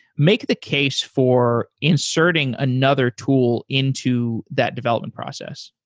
make the case for inserting another tool into that development process.